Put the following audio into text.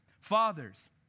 Fathers